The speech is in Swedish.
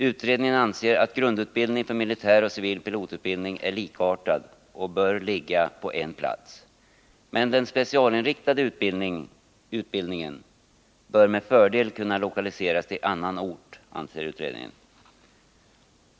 Utredningen anser att grundutbildningen för militär och civil pilotutbildning är likartad och bör ligga på en och samma plats. Men den specialinriktade utbildningen bör med fördel kunna lokaliseras till annan ort, anser utredningen.